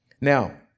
now